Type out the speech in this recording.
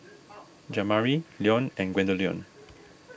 Jamari Leon and Gwendolyn